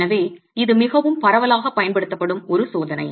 எனவே இது மிகவும் பரவலாகப் பயன்படுத்தப்படும் ஒரு சோதனை